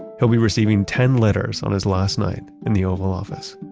he'll be receiving ten letters on his last night in the oval office